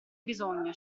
bisogno